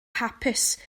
hapus